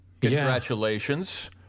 Congratulations